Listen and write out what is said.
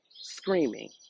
screaming